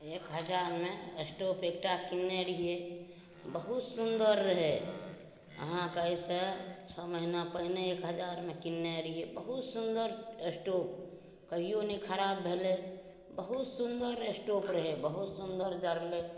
एक हजार मे स्टोप एकटा किनने रहियै बहुत सुन्दर रहै अहाँके एहिसँ छओ महिना पहिने एक हजार मे किनने रहियै बहुत सुन्दर स्टोप कहियो नहि खराप भेलै बहुत सुन्दर स्टोप रहै बहुत सुन्दर जरलै